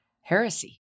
heresy